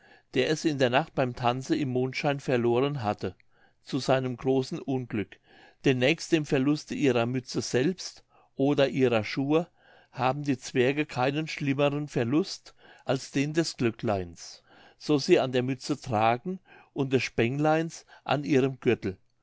der es in der nacht beim tanze im mondschein verloren hatte zu seinem großen unglück denn nächst dem verluste ihrer mütze selbst oder ihrer schuhe haben die zwerge keinen schlimmeren verlust als den des glöckleins so sie an der mütze tragen und des spängleins an ihrem gürtel